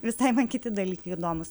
visai man kiti dalykai įdomūs